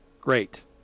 great